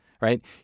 right